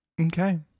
okay